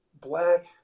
black